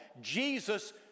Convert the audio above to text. Jesus